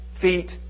feet